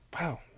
Wow